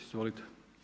Izvolite.